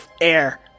air